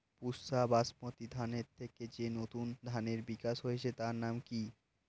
পুসা বাসমতি ধানের থেকে যে নতুন ধানের বিকাশ হয়েছে তার নাম কি?